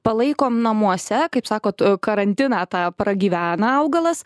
palaikom namuose kaip sakot karantiną tą pragyvena augalas